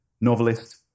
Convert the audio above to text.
Novelist